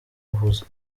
uhuze